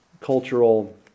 cultural